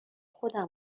خودم